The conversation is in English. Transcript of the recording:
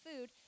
food